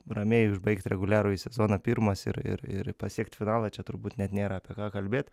ramiai užbaigt reguliarųjį sezoną pirmas ir ir ir pasiekt finalą čia turbūt net nėra apie ką kalbėt